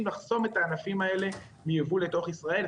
לחסום את האנשים האלה מיבוא לתוך ישראל,